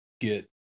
get